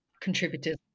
contributors